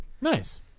Nice